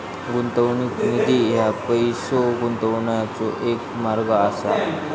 गुंतवणूक निधी ह्या पैसो गुंतवण्याचो एक मार्ग असा